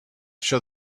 show